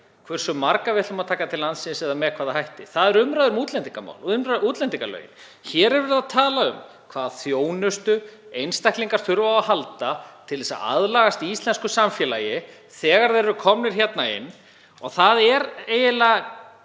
hversu marga við ætlum að taka til landsins eða með hvaða hætti, það er umræða um útlendingamál og útlendingalögin. Hér erum við að tala um hvað þjónustu einstaklingar þurfa á að halda til að aðlagast íslensku samfélagi þegar þeir eru komnir inn. Það er eiginlega